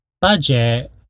budget